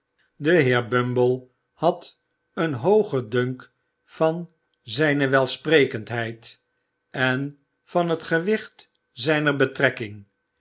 de heer bumble had een hoogen dunk van zijne welsprekendheid en van het gewicht zijner betrekking